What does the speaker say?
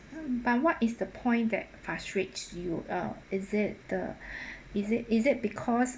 but what is the point that frustrates you uh is it the is it is it because